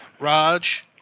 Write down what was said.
Raj